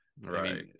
Right